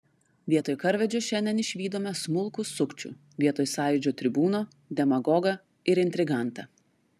vietoj karvedžio šiandien išvydome smulkų sukčių vietoj sąjūdžio tribūno demagogą ir intrigantą